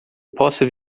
possa